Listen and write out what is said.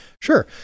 Sure